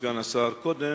כבוד סגן השר, קודם,